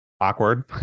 Awkward